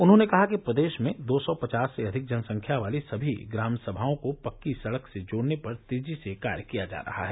उन्होंने कहा कि प्रदेश में दो सौ पचास से अधिक जनसंख्या वाली सभी ग्राम सभाओं को पक्की सड़क से जोड़ने पर तेजी से कार्य किया जा रहा है